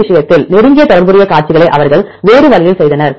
BLOSUM விஷயத்தில் நெருங்கிய தொடர்புடைய காட்சிகளை அவர்கள் வேறு வழியில் செய்தனர்